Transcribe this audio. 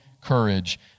courage